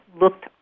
looked